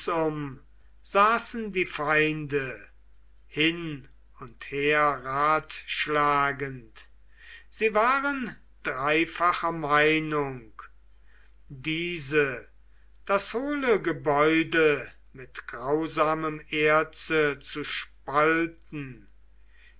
saßen die feinde hin und her ratschlagend sie waren dreifacher meinung diese das hohle gebäude mit grausamem erze zu spalten